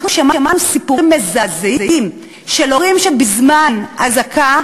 אנחנו שמענו סיפורים מזעזעים של הורים שבזמן אזעקה